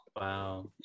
Wow